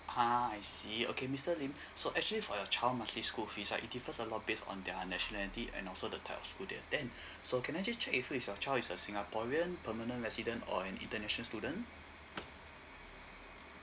ah I see okay mister lim so actually for your child monthly school fees right it differs a lot based on their nationality and also the type of school they attend so can I just check with you if your child is a singaporean permanent resident or an international student